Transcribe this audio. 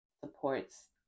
supports